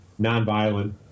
nonviolent